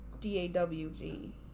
D-A-W-G